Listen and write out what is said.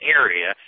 area